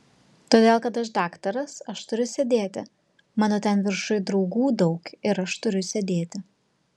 todėl kad aš daktaras aš turiu sėdėti mano ten viršuj draugų daug ir aš turiu sėdėti